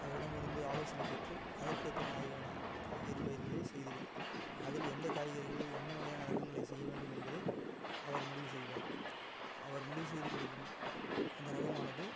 அவரிடமிருந்து ஆலோசனை பெற்று அதற்கேற்ற மாதிரியான காய்கறி பயிர்களை செய்யுவேன் அதில் எந்த காய்கறிகள் என்ன வகையான ரகங்களை செய்யவேண்டும் என்பதை அவர் முடிவு செய்வார் அவர் முடிவு செய்து கொடுக்கும் அந்த ரகமானது